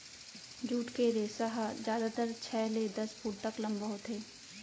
jute के रेसा ह जादातर छै ले दस फूट तक लंबा होथे